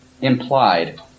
implied